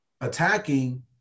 attacking